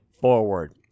forward